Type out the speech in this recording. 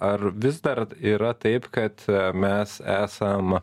ar vis dar yra taip kad mes esam